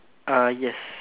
uh yes